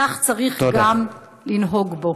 כך צריך גם לנהוג בו.